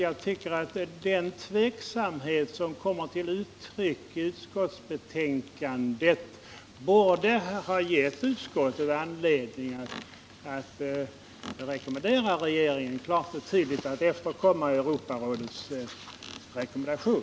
Jag tycker att den tveksamhet som kommer till uttryck i utskottsbetänkandet borde ha gett utskottet anledning att klart och tydligt rekommendera regeringen att efterkomma Europarådets rekommendation.